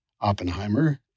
Oppenheimer